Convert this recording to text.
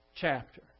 chapter